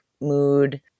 mood